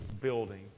building